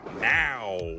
now